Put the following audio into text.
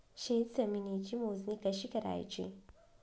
शेत जमिनीची मोजणी कशी करायची?